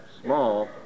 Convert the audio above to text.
small